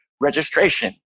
registration